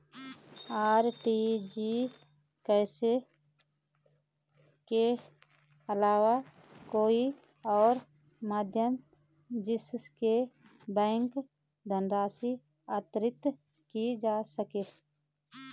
RTGS के अलावा कोई और माध्यम जिससे बैंक धनराशि अंतरित की जा सके?